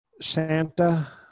Santa